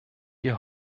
hier